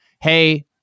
hey